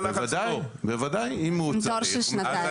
גם --- אבל לא מקבלים.